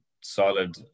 solid